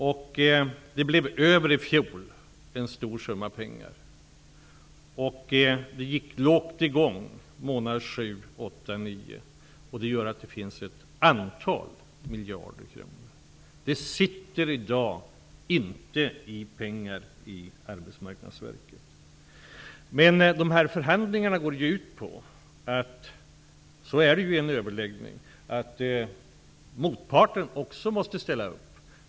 I fjol blev det över en stor summa pengar, och det gick lågt i gång månaderna 7, 8 och 9. Det gör att det finns ett antal miljarder kronor. Problemet består i dag inte i att det skulle saknas pengar i Arbetsmarknadsverket. Men förhandlingarna går ju ut på -- så är det i en överläggning -- att motparten också måste ställa upp.